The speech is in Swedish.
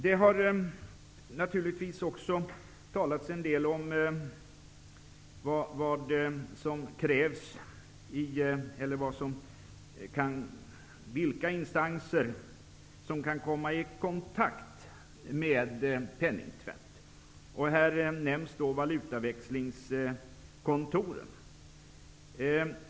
Det har naturligtvis också talats en del om vilka instanser som kan komma i kontakt med penningtvätt. Här nämns valutaväxlingskontoren.